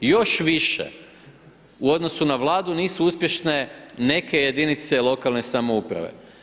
Još više u odnosu na Vladu nisu uspješne neke jedinice lokalne samouprave.